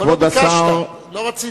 אבל לא ביקשת, לא רצית.